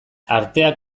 arteak